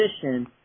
position